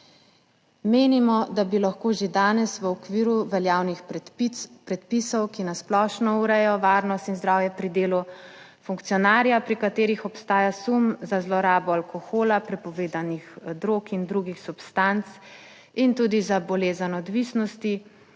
Menimo, da bi lahko že danes v okviru veljavnih predpisov, ki na splošno urejajo varnost in zdravje pri delu funkcionarja, pri katerih obstaja sum za zlorabo alkohola, prepovedanih drog in drugih substanc in tudi za bolezen odvisnosti,